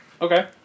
Okay